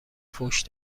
فحش